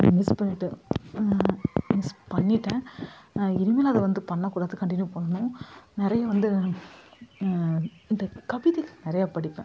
miss பண்ணிட்டேன் miss பண்ணிட்டேன் இனிமேல் அதை வந்து பண்ணக்கூடாது கண்டினியூ பண்ணணும் நிறைய வந்து இது கவிதை நிறைய படிப்பேன்